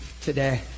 today